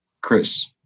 Chris